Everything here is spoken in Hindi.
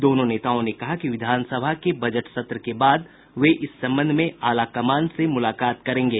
दोनों नेताओं ने कहा कि विधानसभा के बजट सत्र के बाद वे इस संबंध में आलाकमान से मुलाकात करेंगे